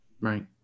Right